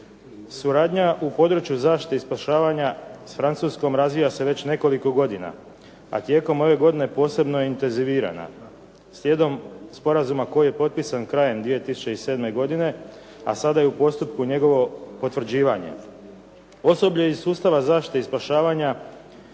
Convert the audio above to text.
Suradnja u području zaštite i spašavanja s Francuskom razvija se već nekoliko godina, a tijekom ove godine posebno je intenzivirana slijedom sporazuma koji je potpisan krajem 2007. godine, a sada je u postupku njegovo potvrđivanje. Osoblje iz sustava zaštite i spašavanja